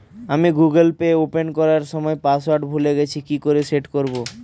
আমি Google Pay open করার সময় পাসওয়ার্ড ভুলে গেছি কি করে সেট করব?